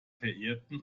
verehrten